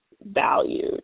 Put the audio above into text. valued